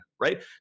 right